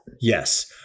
Yes